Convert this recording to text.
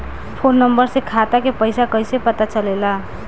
Phone number से खाता के पइसा कईसे पता चलेला?